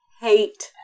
hate